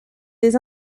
des